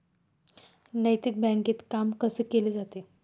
नैतिक बँकेत काम कसे केले जाते?